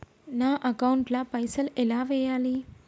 నా అకౌంట్ ల పైసల్ ఎలా వేయాలి?